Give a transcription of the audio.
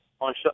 on